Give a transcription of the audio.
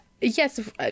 Yes